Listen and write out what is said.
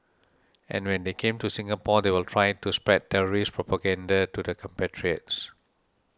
and when they come to Singapore they will try to spread terrorist propaganda to their compatriots